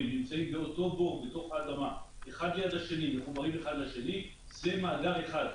נמצאים באותו בור בתוך האדמה זה ליד זה ומחוברים זה לזה זה מאגר אחד.